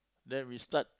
then we start